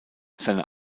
seine